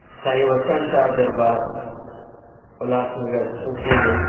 साईं वसण शाह दरबार उल्हास नगर चोथें में